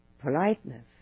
politeness